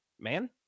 man